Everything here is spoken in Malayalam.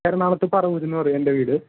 എറണാകുളത്തു പറവൂർ എന്ന് പറയും എൻ്റെ വീട്